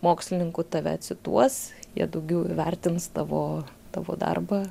mokslininkų tave cituos jie daugiau vertins tavo tavo darbą